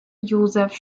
josef